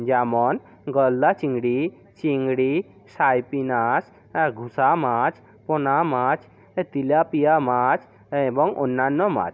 যেমন গলদা চিংড়ি চিংড়ি সাইপিনাস ঘুসা মাছ পোনা মাছ তেলাপিয়া মাছ এবং অন্যান্য মাছ